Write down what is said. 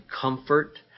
comfort